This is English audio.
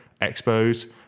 expos